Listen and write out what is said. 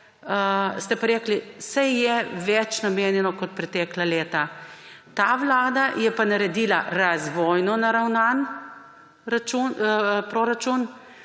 ste pa rekli, da saj je več namenjeno kot pretekla leta. Ta vlada je pa naredila razvojno naravnan proračun